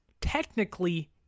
technically